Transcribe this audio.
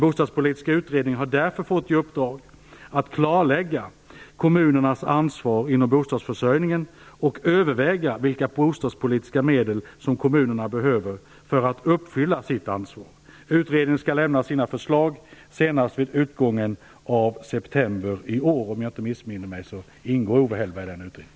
Bostadspolitiska utredningen har därför fått i uppdrag att klarlägga kommunernas ansvar inom bostadsförsörjningen och att överväga vilka bostadspolitiska medel som kommunerna behöver för att uppfylla sitt ansvar. Utredningen skall lämna sitt förslag senast vid utgången av september i år. Om jag inte missminner mig ingår Owe Hellberg i utredningen.